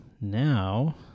now